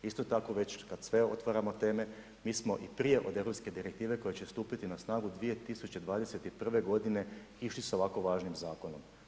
Isto tako kada već sve otvaramo teme, mi smo prije od europske direktive koje će stupiti na snagu, 2021. g. išli sa ovako važnim zakonom.